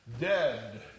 dead